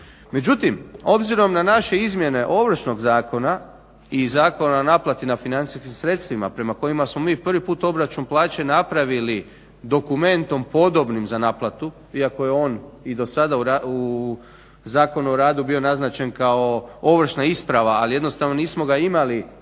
Međutim, obzirom na naše izmjene Ovršnog zakona i Zakona o naplati na financijskim sredstvima prema kojima smo mi prvi put obračun plaće napravili dokumentom podobnim za naplatu iako je on i dosada u Zakonu o radu bio naznačen kao ovršna isprava, ali jednostavno nismo ga imali tako